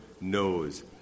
knows